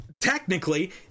technically